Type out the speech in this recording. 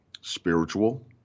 Spiritual